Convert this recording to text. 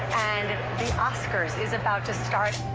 and the oscars is about to start.